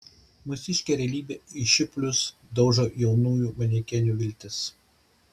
mūsiškė realybė į šipulius daužo jaunųjų manekenių viltis